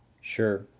Sure